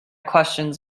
questions